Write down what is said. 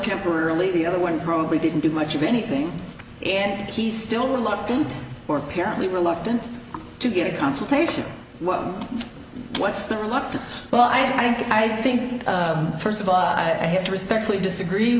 temporarily the other one probe we didn't do much of anything and he's still reluctant or apparently reluctant to get a consultation what's the reluctance well i think i think first of all i have to respectfully disagree